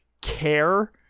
care